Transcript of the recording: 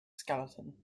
skeleton